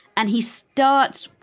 and he starts,